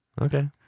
Okay